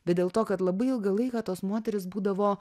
bet dėl to kad labai ilgą laiką tos moterys būdavo